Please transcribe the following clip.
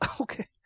Okay